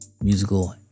musical